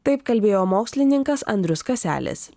taip kalbėjo mokslininkas andrius kaselis